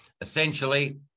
Essentially